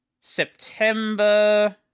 September